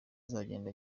azagenda